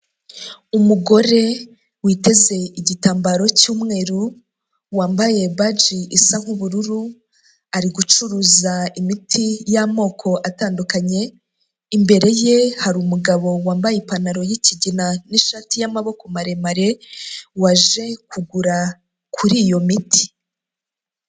Umugore witeze igitambaro cy'umweru wambaye baji isa nk'ubururu ari gucuruza imiti y'amoko atandukanye imbere ye hari umugabo wambaye ipantaro y'ikigina n'ishati y'amaboko maremare waje kugura kuri iyo miti.